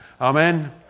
Amen